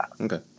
Okay